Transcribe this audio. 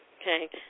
okay